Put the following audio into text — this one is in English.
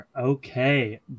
Okay